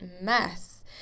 mess